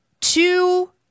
two